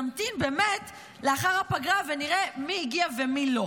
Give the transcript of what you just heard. נמתין באמת לאחר הפגרה ונראה מי הגיע ומי לא.